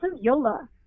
Yola